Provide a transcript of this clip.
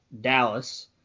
Dallas